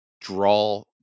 draw